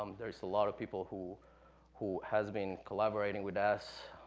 um there is a lot of people who who has been collaborating with us,